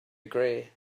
agree